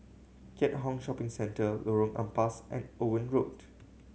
Keat Hong Shopping Centre Lorong Ampas and Owen Road